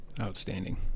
outstanding